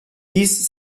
dies